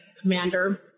commander